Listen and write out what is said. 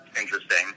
interesting